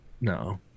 No